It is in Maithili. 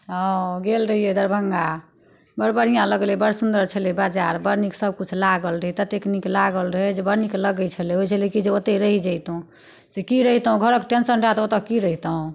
हँ गेल रहिए दरभङ्गा बड़ बढ़िआँ लगलै बड़ सुन्दर छलै बाजार बड़ नीक सबकिछु लागल रहै ततेक नीक लागल रहै जे बड़ नीक लागै छलै होइ छलै कि जे ओत्तहि रहि जइतहुँ से कि रहितहुँ घरके टेन्शन रहैए तऽ ओतऽ कि रहितहुँ